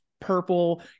purple